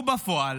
ובפועל,